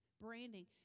branding